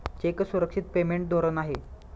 check सुरक्षित payment धोरण आहे